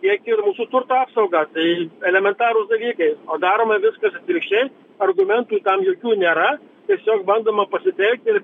tiek ir mūsų turto apsaugą tai elementarūs dalykai o daroma viskas atvirkščiai argumentų tam jokių nėra tiesiog bandoma pasitelkti